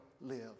live